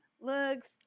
looks